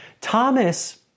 Thomas